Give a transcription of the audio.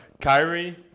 Kyrie